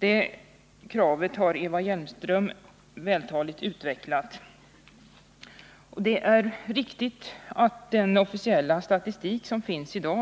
Det kravet har Eva Hjelmström vältaligt utvecklat. Det är riktigt att den officiella statistik som i dag